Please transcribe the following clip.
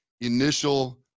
initial